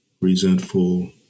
resentful